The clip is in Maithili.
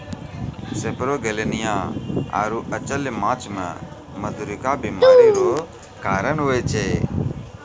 सेपरोगेलनिया आरु अचल्य माछ मे मधुरिका बीमारी रो कारण हुवै छै